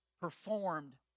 performed